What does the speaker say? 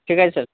ঠিক আছে স্যার